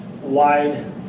wide